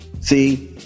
See